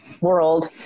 world